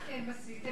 מה אתם עשיתם?